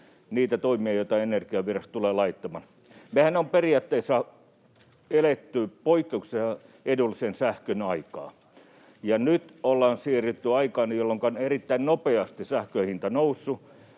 niitä toimia, joita Energiavirasto tulee laittamaan. Mehän ollaan periaatteessa eletty poikkeuksellisen edullisen sähkön aikaa ja nyt ollaan siirrytty aikaan, jolloinka on erittäin nopeasti sähkön hinta noussut,